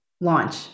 launch